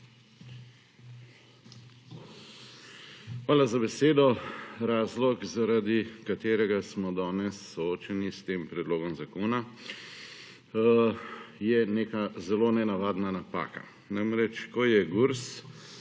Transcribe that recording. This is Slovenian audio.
Hvala za besedo. Razlog zaradi katerega smo danes soočeni s tem predlogom zakona je neka zelo nenavadna napaka, namreč, ko je GURS,